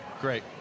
Great